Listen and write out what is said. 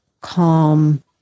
calm